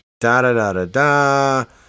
Da-da-da-da-da